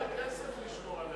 זה הרבה כסף לשמור על